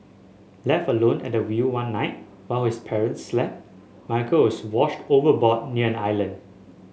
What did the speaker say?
left alone at the wheel one night while his parents slept Michael is washed overboard near an island